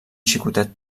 xicotet